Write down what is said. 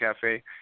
Cafe